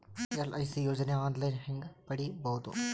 LIC ಯೋಜನೆ online ಹೇಂಗ ಪಡಿಬಹುದು?